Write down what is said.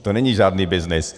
To není žádný byznys.